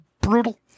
brutal